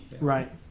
Right